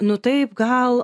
nu taip gal